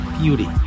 Beauty